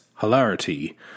Hilarity